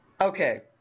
Okay